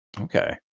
Okay